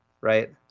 right